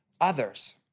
others